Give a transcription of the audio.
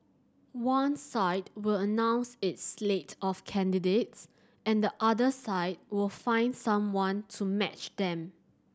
one side will announce its slate of candidates and the other side will find someone to match them